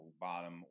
bottom